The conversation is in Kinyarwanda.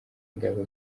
ingabo